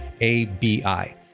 A-B-I